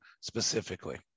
specifically